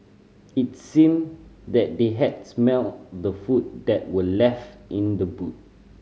it seemed that they had smelt the food that were left in the boot